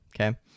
Okay